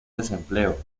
desempleo